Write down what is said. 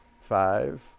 Five